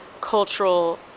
cultural